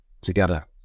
together